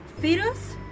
fetus